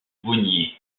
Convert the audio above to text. bonnier